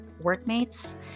workmates